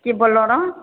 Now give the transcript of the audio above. कि बोललो रऽ